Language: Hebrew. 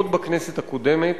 עוד בכנסת הקודמת,